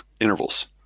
intervals